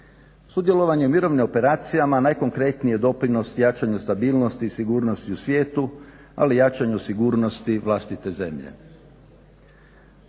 Sudjelovanje u mirovnim operacijama najkonkretniji je doprinos jačanje stabilnosti i sigurnosti u svijetu, ali jačanju sigurnosti vlastite zemlje.